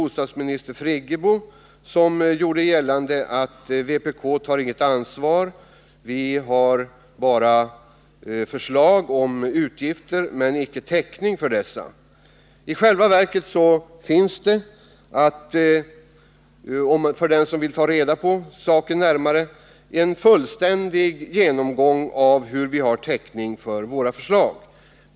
Bostadsminister Birgit Friggebo gjorde nyss gällande att vpk inte tar något ansvar, att vi bara kommer med förslag som innebär utgifter som det inte finns någon täckning för. För den som vill närmare studera saken finns det i själva verket en fullständig redogörelse för hur vi har täckning för våra förslag.